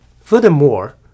Furthermore